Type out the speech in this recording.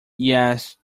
yes